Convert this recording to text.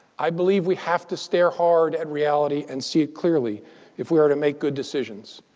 i believe we have to stare hard at reality and see it clearly if we are to make good decisions.